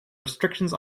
restrictions